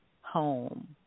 home